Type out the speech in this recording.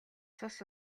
цус